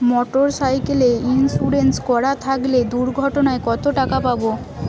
Motorcycle insurance করা থাকলে দুঃঘটনায় কতটাকা পাব?